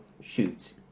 shoots